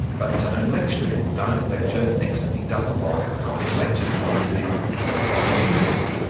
but don't lecture him, don't lecture nixon, he doesn't like copping lectures from visiting foreign dignitaries.